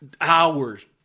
hours